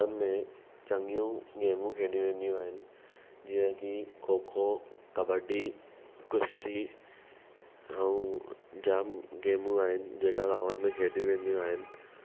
गांवनि में चङियूं गेमूं खेॾियूं वेंदियूं आहिनि जीअं की खो खो कबडी कुश्ती ऐं जाम गेमूं आहिनि जेका गांवनि में खेॾियूं वेंदियूं आहिनि